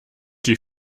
die